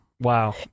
wow